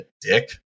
dick